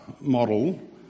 model